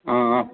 हा